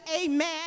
amen